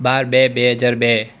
બાર બે બે હજાર બે